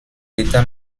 d’état